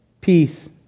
peace